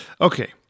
Okay